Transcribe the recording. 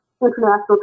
international